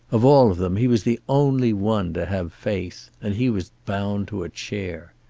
of all of them he was the only one to have faith, and he was bound to a chair.